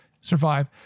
survive